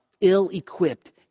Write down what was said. ill-equipped